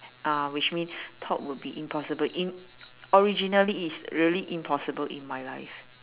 uh which mean thought would be impossible in originally it is really impossible in my life